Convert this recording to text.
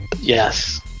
Yes